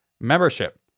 membership